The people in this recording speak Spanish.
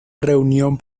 reunión